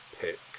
pick